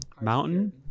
Mountain